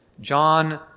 John